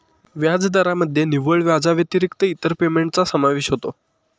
व्याजदरामध्ये निव्वळ व्याजाव्यतिरिक्त इतर पेमेंटचा समावेश होतो